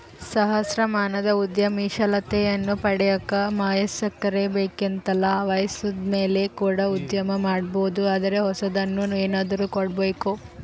ಸಹಸ್ರಮಾನದ ಉದ್ಯಮಶೀಲತೆಯನ್ನ ಪಡೆಯಕ ವಯಸ್ಕರೇ ಬೇಕೆಂತಲ್ಲ ವಯಸ್ಸಾದಮೇಲೆ ಕೂಡ ಉದ್ಯಮ ಮಾಡಬೊದು ಆದರೆ ಹೊಸದನ್ನು ಏನಾದ್ರು ಕೊಡಬೇಕು